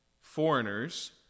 foreigners